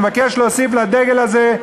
ואני מבקש להוסיף לדגל הזה,